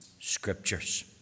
Scriptures